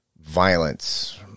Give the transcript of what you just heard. violence